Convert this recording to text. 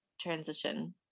transition